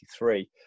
1993